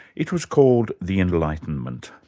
it was called the enlightenment,